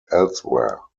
elsewhere